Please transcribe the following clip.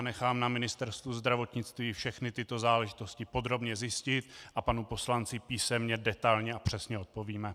Nechám na Ministerstvu zdravotnictví všechny tyto záležitosti podrobně zjistit a panu poslanci písemně detailně a přesně odpovíme.